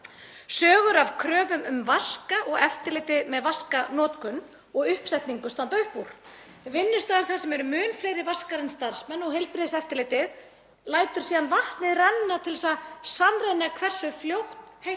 Sögur af kröfum um vaska og eftirlit með vaskanotkun og uppsetningu standa upp úr. Vinnustaður þar sem eru mun fleiri vaskar en starfsmenn og heilbrigðiseftirlitið lætur síðan vatnið renna til að sannreyna hversu fljótt heitt